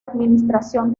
administración